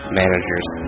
managers